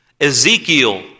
Ezekiel